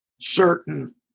certain